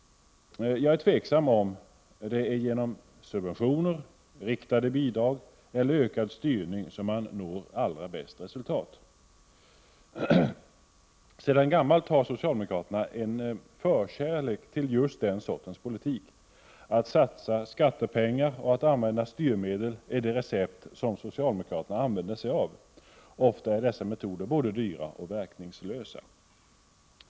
Jag är tveksam till om det är genom subventioner, riktade bidrag eller ökad styrning som man når allra bäst resultat. Sedan gammalt har socialdemokraterna en förkärlek för just den sortens politik. Att satsa skattepengar och att använda styrmedel är det recept som socialdemokraterna använder sig av. Ofta är dessa metoder både dyra och verkningslösa.